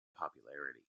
popularity